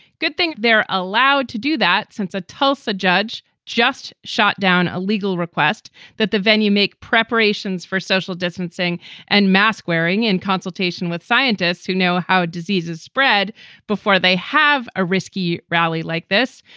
good thing they're allowed to do that since a tulsa judge just shot down a legal request that the venue make preparations for social distancing and mask wearing in consultation with scientists who know how diseases spread before they have a risky rally like this.